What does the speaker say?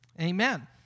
Amen